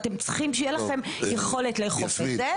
אתם צריכים שיהיה לכם יכולת לאכוף את זה.